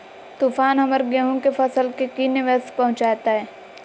तूफान हमर गेंहू के फसल के की निवेस पहुचैताय?